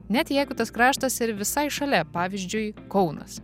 net jeigu tas kraštas ir visai šalia pavyzdžiui kaunas